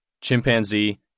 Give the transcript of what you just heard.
chimpanzee